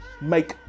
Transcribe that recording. make